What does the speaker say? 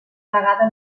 vegada